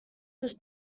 this